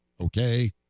Okay